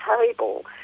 table